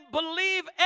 believe